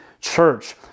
church